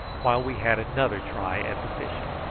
while we had another try at the fishing.